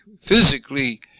physically